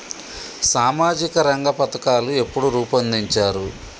సామాజిక రంగ పథకాలు ఎప్పుడు రూపొందించారు?